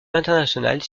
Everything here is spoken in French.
internationales